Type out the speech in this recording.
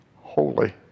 Holy